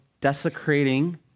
desecrating